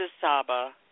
Saba